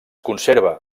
conserva